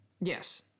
Yes